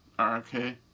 Okay